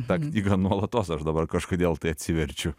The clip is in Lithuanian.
tą knygą nuolatos aš dabar kažkodėl tai atsiverčiu